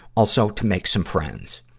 also, to make some friends.